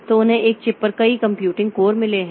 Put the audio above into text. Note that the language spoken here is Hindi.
तो उन्हें एक चिप पर कई कंप्यूटिंग कोर मिले हैं